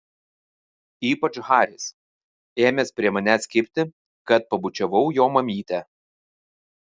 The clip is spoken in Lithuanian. ypač haris ėmęs prie manęs kibti kad pabučiavau jo mamytę